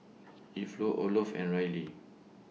Olof and Rylie